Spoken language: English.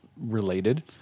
related